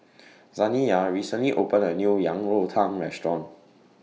Zaniyah recently opened A New Yang Rou Tang Restaurant